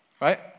right